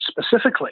specifically